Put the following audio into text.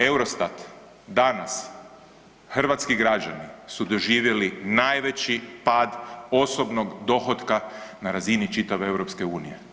Eurostat danas hrvatski građani su doživjeli najveći pad osobnog dohotka na razini čitave EU.